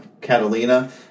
Catalina